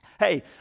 hey